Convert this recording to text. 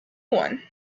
one